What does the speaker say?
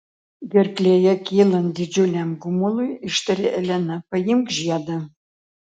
gerklėje kylant didžiuliam gumului ištarė elena paimk žiedą